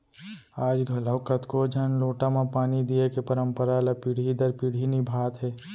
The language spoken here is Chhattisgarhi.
आज घलौक कतको झन लोटा म पानी दिये के परंपरा ल पीढ़ी दर पीढ़ी निभात हें